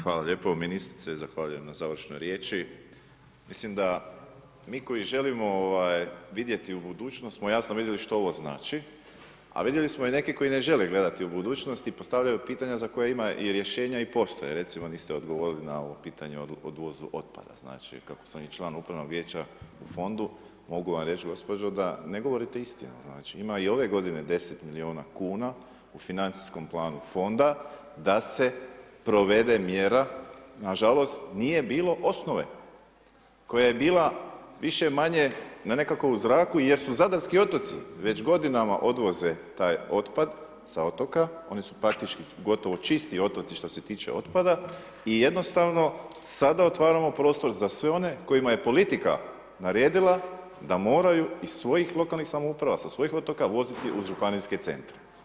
Hvala lijepo ministrice, zahvaljujem na završnoj riječi, mislim da mi koji želimo ovaj vidjeti u budućnost smo jasno vidjeli što ovo znači, a vidjeli smo i neke koji ne žele gledati u budućnost i postavljaju pitanja za koja ima i rješenja i postoje, recimo niste odgovori na ovo pitanje o odvozu otpada, znači kako sam i član upravnog vijeća u fondu mogu vam reć gospođo da ne govorite istinu, znači ima i ove godine 10 miliona kuna u financijskom planu fonda da se provede mjere, na žalost nije bilo osnove, koja je bila više-manje na nekako u zraku jer su zadarski otoci već godinama odvoze taj otpad sa otoka, oni su praktički gotovo čisti otoci što se tiče otpada i jednostavno sada otvaramo prostor za sve one kojima je politika naredila da moraju iz svojih lokalnih samouprava sa svojih otoka voziti u županijske centre.